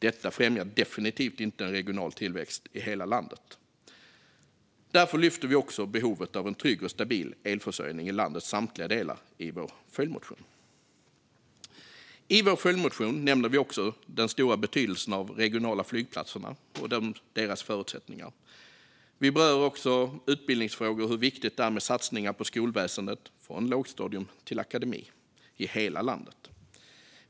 Detta främjar definitivt inte en regional tillväxt i hela landet. Därför lyfter Sverigedemokraterna också behovet av trygg och stabil elförsörjning i landets samtliga delar i vår följdmotion. I vår följdmotion nämner vi också den stora betydelsen av de regionala flygplatserna och deras förutsättningar. Vi berör utbildningsfrågor och hur viktigt det är med satsningar på skolväsendet från lågstadium till akademi - i hela landet.